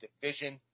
division